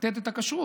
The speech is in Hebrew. לתת את הכשרות